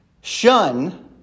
shun